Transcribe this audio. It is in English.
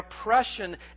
oppression